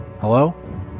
Hello